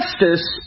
justice